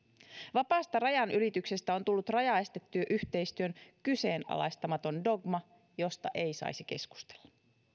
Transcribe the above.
vapaasta rajanylityksestä on tullut rajaesteyhteistyön kyseenalaistamaton dogma josta ei saisi keskustella